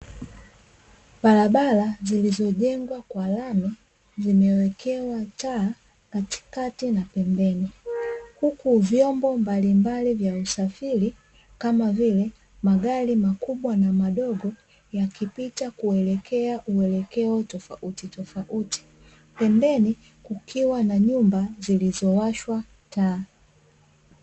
Barabara zilizojengwa kwa lami, zimewekewa taa katikati na pembeni, huku vyombo mbalimbali vya usafiri kama vile, magari makubwa na madogo yakipita kuelekea uelekeo tofautitofauti, pembeni kukiwa na nyumba zilizowashwa taa.